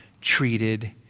treated